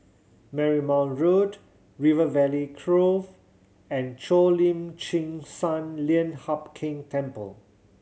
Marymount Road River Valley Grove and Cheo Lim Chin Sun Lian Hup Keng Temple